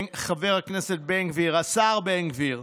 חבר הכנסת בן גביר, השר בן גביר,